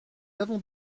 avons